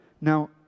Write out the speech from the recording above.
Now